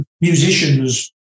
musicians